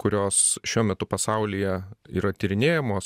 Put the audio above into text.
kurios šiuo metu pasaulyje yra tyrinėjamos